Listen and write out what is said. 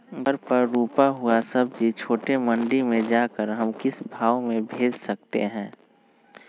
घर पर रूपा हुआ सब्जी छोटे मंडी में जाकर हम किस भाव में भेज सकते हैं?